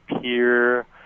peer